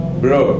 bro